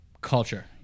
Culture